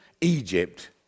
Egypt